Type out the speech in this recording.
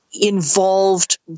involved